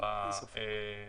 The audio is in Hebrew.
אין ספק.